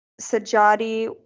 Sajadi